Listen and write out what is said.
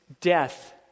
death